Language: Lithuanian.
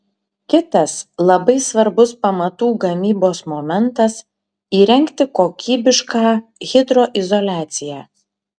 kitas labai svarbus pamatų gamybos momentas įrengti kokybišką hidroizoliaciją